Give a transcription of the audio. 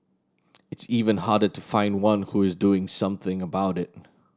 it's even harder to find one who is doing something about it